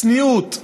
צניעות,